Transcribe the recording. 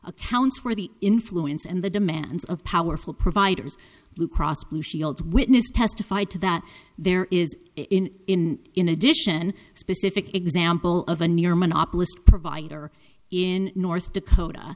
accounts for the influence and the demands of powerful providers blue cross blue shield witness testified to that there is in in in addition a specific example of a new york monopolist provider in north dakota